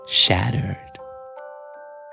shattered